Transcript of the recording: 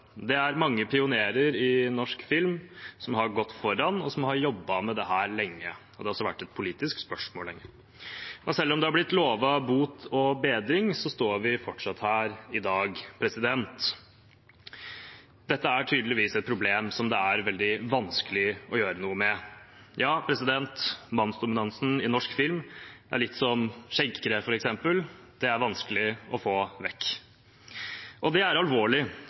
Det er mange pionerer i norsk film som har gått foran, og som har jobbet med dette lenge, og det har også vært et politisk spørsmål lenge. Selv om det er blitt lovet bot og bedring, står vi fortsatt her i dag. Dette er tydeligvis et problem som det er veldig vanskelig å gjøre noe med. Ja, mannsdominansen i norsk film er litt som skjeggkre, f.eks. – det er vanskelig å få vekk. Det er alvorlig